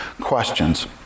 questions